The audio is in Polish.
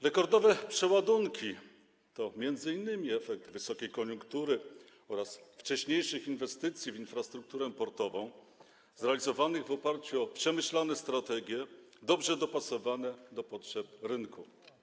Rekordowe przeładunki to m.in. efekt wysokiej koniunktury oraz wcześniejszych inwestycji w infrastrukturę portową zrealizowanych w oparciu o przemyślane strategie, dobrze dopasowane do potrzeb rynku.